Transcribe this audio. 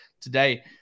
today